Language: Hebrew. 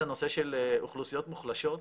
זה הנושא של אוכלוסיות מוחלשות.